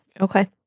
Okay